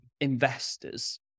investors